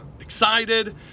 excited